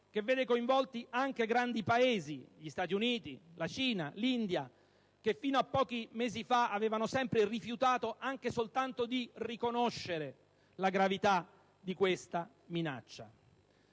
che vede coinvolti anche grandi Paesi come gli Stati Uniti, la Cina, l'India, che fino a pochi mesi fa avevano sempre rifiutato anche soltanto di riconoscere la gravità di questa minaccia.